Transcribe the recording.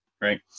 Right